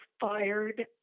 fired